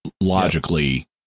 logically